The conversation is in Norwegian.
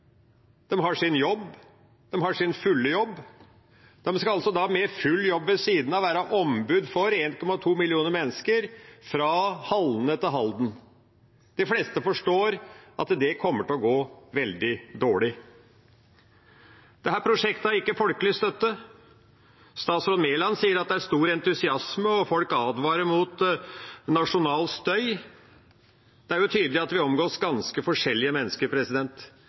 jobb, de har full jobb, og de skal altså med full jobb ved siden av være ombud for 1,2 millioner mennesker fra Halne til Halden. De fleste forstår at det kommer til å gå veldig dårlig. Dette prosjektet har ikke folkelig støtte. Statsråd Mæland sier at det er stor entusiasme og folk advarer mot nasjonal støy. Det er tydelig at vi omgås ganske forskjellige mennesker